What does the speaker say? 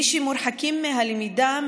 שמורחקים מהלמידה,